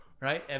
right